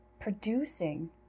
producing